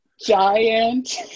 giant